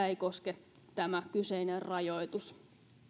ei koske tämä kyseinen rajoitus